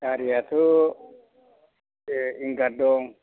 गारियाथ' विंगार दं